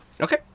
Okay